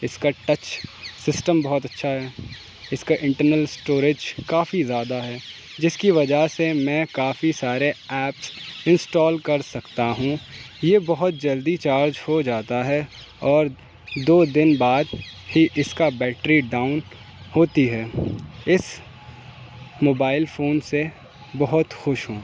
اس کا touch system بہت اچھا ہے اس کا انٹرنل اسٹوریج کافی زیادہ ہے جس کی وجہ سے میں کافی سارے ایپس انسٹال کر سکتا ہوں یہ بہت جلدی چارج ہو جاتا ہے اور دو دن بعد ہی اس کا بیٹری ڈاؤن ہوتی ہے اس موبائل فون سے بہت خوش ہوں